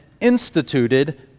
instituted